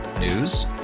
News